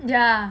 ya